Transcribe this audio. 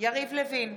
יריב לוין,